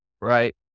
right